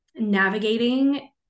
navigating